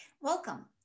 Welcome